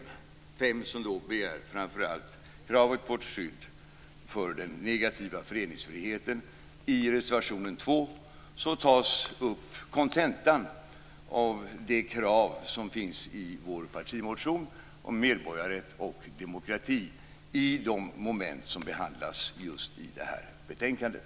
Reservation 5 handlar framför allt om kravet på ett skydd för den negativa föreningsfriheten. I reservation 2 tar vi upp kontentan av de krav som finns i vår partimotion om medborgarrätt och demokrati i de moment som behandlas i det här betänkandet.